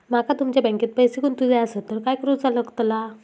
माका तुमच्या बँकेत पैसे गुंतवूचे आसत तर काय कारुचा लगतला?